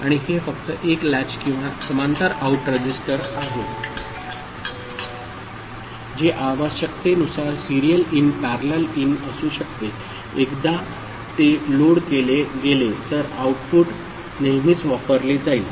आणि हे फक्त एक लॅच किंवा समांतर आउट रजिस्टर आहे जे आवश्यकतेनुसार सिरियल इन पॅरलल इन असू शकते एकदा ते लोड केले गेले तर आउटपुट नेहमीच वापरले जाईल